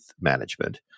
management